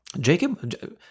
Jacob